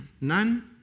None